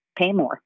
Paymore